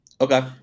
Okay